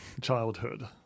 childhood